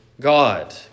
God